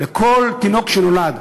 לכל תינוק שנולד,